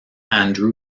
andrew